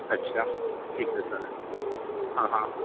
अच्छा ठीक है चालेल हां हां